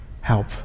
help